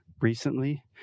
recently